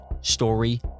story